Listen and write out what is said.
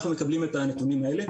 אנחנו מקבלים את הנתונים האלה.